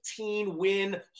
15-win